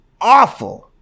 awful